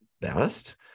best